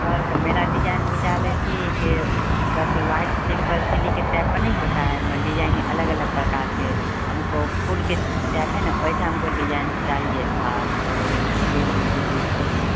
sir क मेरा design विचार है कि के वह अथी वाइट थिल्पर थिल्ली के टाइप का नहीं होता है मत डिजाइन ई अलग अलग प्रकार के हमको फूल के टैप है ना वैसा हमको डिजाइन चाहिए था तो इसलिए हम बोले कि पूछते हैं